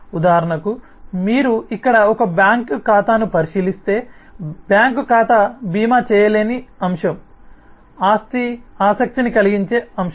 ఉదాహరణకు మీరు ఇక్కడ ఉన్న బ్యాంకు ఖాతాను పరిశీలిస్తే బ్యాంక్ ఖాతా భీమా చేయలేని అంశం ఆస్తి ఆసక్తిని కలిగించే అంశం